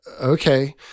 okay